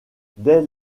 dès